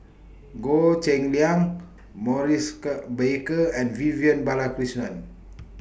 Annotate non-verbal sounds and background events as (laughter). Goh Cheng Liang Maurice (unintelligible) Baker and Vivian Balakrishnan